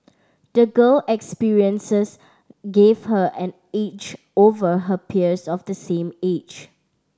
the girl experiences gave her an edge over her peers of the same age